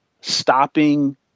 stopping